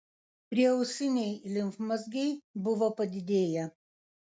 prieausiniai limfmazgiai buvo padidėję